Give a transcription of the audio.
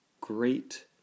great